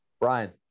Brian